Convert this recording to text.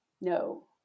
No